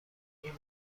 این